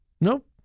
nope